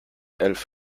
elf